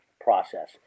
process